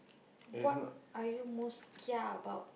what are you most kia about